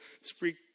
speak